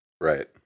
Right